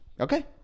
Okay